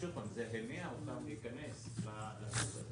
שוב, זה הניע אותם להיכנס לשוק הזה.